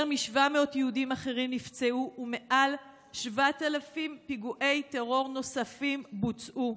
יותר מ-700 יהודים אחרים נפצעו ומעל 7,000 פיגועי טרור נוספים בוצעו.